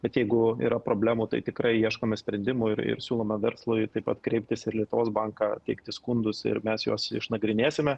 bet jeigu yra problemų tai tikrai ieškome sprendimų ir ir siūlome verslui taip pat kreiptis ir lietuvos banką teikti skundus ir mes juos išnagrinėsime